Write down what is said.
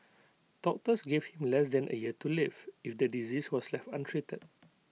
doctors gave him less than A year to live if the disease was left untreated